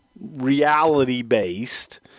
reality-based